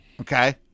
Okay